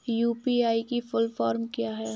UPI की full form क्या है?